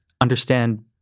understand